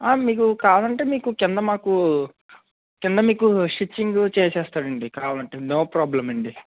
ఆ మీకు కావాలి అంటే మీకు క్రింద మాకు క్రింద మీకు స్టిచ్చింగ్ చేసేస్తాడు అండి కావాలంటే నో ప్రాబ్లం అండి